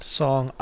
song